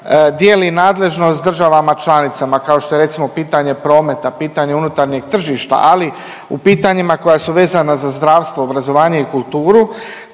dijeli nadležnost državama članicama, kao što je recimo pitanje prometa, pitanje unutarnjeg tržišta, ali u pitanjima koja su vezana za zdravstvo, obrazovanje i kulturu,